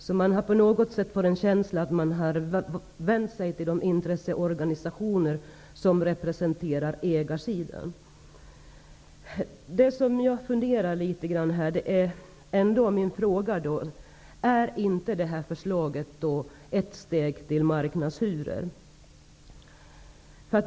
På något sätt har jag fått en känsla av att man har vänt sig till de intresseorganisationer som representerar ägarsidan. Jag funderar över om detta förslag ändå inte är ett steg mot marknadshyror.